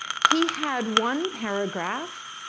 he had one paragraph,